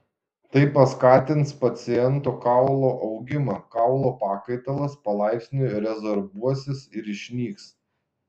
tai paskatins paciento kaulo augimą kaulo pakaitalas palaipsniui rezorbuosis ir išnyks